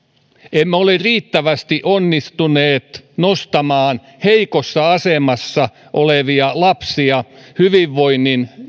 emme ole riittävästi onnistuneet nostamaan heikossa asemassa olevia lapsia hyvinvoinnin